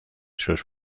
sus